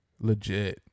Legit